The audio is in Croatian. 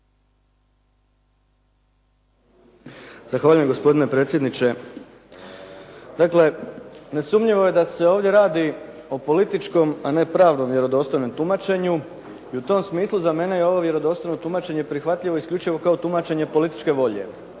Zahvaljujem gospodine predsjedniče. Dakle, nesumnjivo je da se ovdje radi o političkom, a ne pravnom vjerodostojnom tumačenju. U tom smislu, za mene je ovo vjerodostojno tumačenje prihvatljivo isključivo kao tumačenje političke volje,